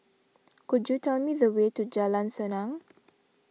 could you tell me the way to Jalan Senang